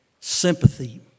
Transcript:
sympathy